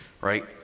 right